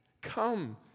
Come